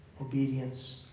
obedience